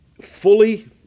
fully